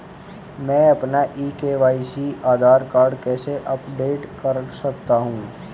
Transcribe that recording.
मैं अपना e KYC Aadhaar card कैसे अपडेट कर सकता हूँ?